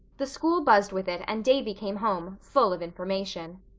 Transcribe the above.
the school buzzed with it and davy came home, full of information.